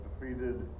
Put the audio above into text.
defeated